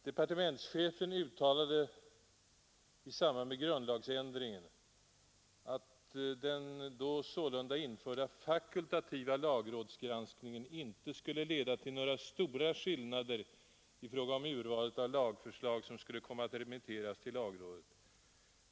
Departementschefen uttalade i samband med grundlagsändringen att den då införda fakultativa lagrådsgranskningen inte skulle leda till några stora skillnader i fråga om urvalet av lagförslag som skulle komma att remitteras till lagrådet.